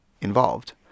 involved